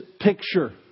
picture